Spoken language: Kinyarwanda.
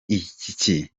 iki